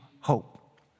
hope